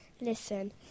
Listen